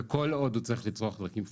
כל עוד הוא צריך לצרוך דלקים פוסיליים,